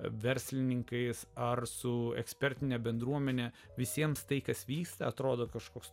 verslininkais ar su ekspertine bendruomene visiems tai kas vyksta atrodo kažkoks